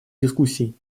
дискуссий